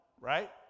right